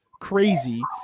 crazy